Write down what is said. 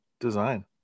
design